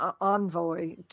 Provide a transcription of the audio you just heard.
envoy